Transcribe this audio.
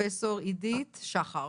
פרופסור עידית שחר.